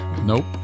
Nope